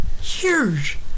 Huge